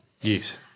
Yes